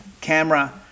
camera